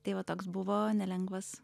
tai va toks buvo nelengvas